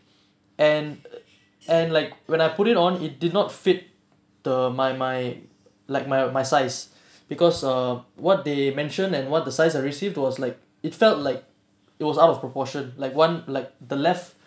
and and like when I put it on it did not fit the my my like my my size because err what they mention and what the size I received was like it felt like it was out of proportion like one like the left